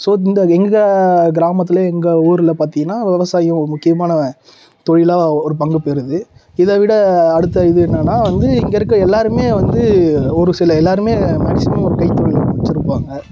so இந்த எங்கள் கிராமத்தில் எங்கள் ஊரில் பார்த்திங்கன்னா விவசாயம் ஒரு முக்கியமான தொழிலாக ஒரு பங்கு பெறுது இதை விட அடுத்த இது என்னென்னால் வந்து இங்கே இருக்கற எல்லோருமே வந்து ஒரு சில எல்லோருமே மேக்ஸிமம் ஒரு கைத்தொழில் ஒன்று வச்சிருப்பாங்க